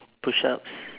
push ups